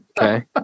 okay